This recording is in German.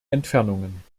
entfernungen